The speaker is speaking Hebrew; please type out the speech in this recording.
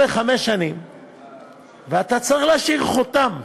בא לחמש שנים ואתה צריך להשאיר חותם.